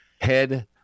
head